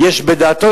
בטוח,